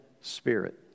spirit